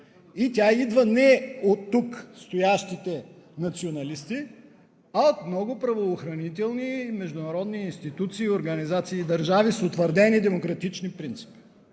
и тя идва не от тук стоящите националисти, а от много правоохранителни и международни институции, организации и държави с утвърдени демократични принципи.